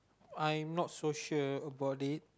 I not sure about it